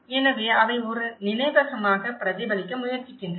எனவே அவை ஒரு நினைவகமாக பிரதிபலிக்க முயற்சிக்கின்றன